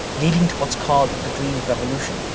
leading to what's called the green revolution.